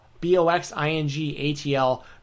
B-O-X-I-N-G-A-T-L